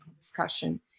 discussion